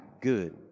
good